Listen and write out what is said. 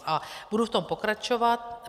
A budu v tom pokračovat.